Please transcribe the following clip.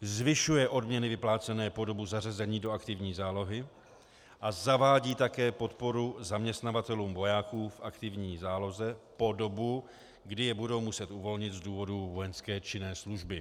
zvyšuje odměny vyplácené po dobu zařazení do aktivní zálohy a zavádí také podporu zaměstnavatelům vojáků v aktivní záloze po dobu, kdy je budou muset uvolnit z důvodu vojenské činné služby.